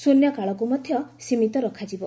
ଶୃନ୍ୟ କାଳକୁ ମଧ୍ୟ ସୀମିତ ରଖାଯିବ